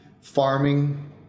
Farming